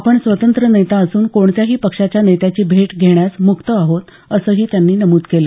आपण स्वतंत्र नेता असून कोणत्याही पक्षाच्या नेत्याची भेट घेण्यास मुक्त आहोत असंही त्यांनी नमूद केलं